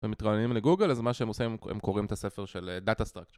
ומתראיינים לגוגל, אז מה שהם עושים, הם קוראים את הספר של Data Structure